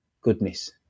goodness